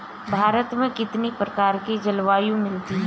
भारत में कितनी प्रकार की जलवायु मिलती है?